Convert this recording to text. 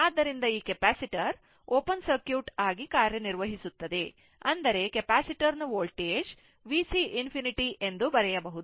ಆದ್ದರಿಂದ ಈ capacitor open circuit ಆಗಿ ಕಾರ್ಯನಿರ್ವಹಿಸುತ್ತದೆ ಅಂದರೆ ಕೆಪಾಸಿಟರ್ ನ ವೋಲ್ಟೇಜ್ VC ∞ ಎಂದು ಬರೆಯಬಹುದು